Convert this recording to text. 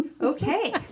okay